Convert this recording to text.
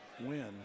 win